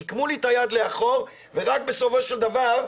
עיקמו לי את היד לאחור ורק בסופו של דבר,